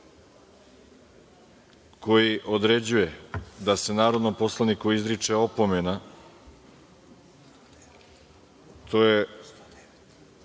koji određuje da se narodnom poslaniku izriče opomena, to je